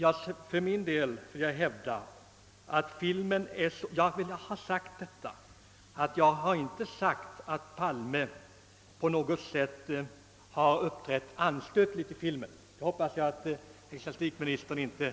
Jag vill först säga att jag inte har yttrat att statsrådet Palme på något sätt har uppträtt anstötligt i samband med filmen — det hoppas jag ecklesiastikministern inte